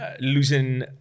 losing